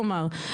כלומר,